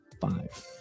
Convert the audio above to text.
five